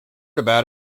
about